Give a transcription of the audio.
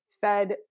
fed